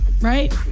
right